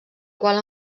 qual